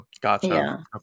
Gotcha